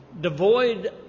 devoid